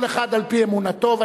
כל אחד על-פי אמונתו.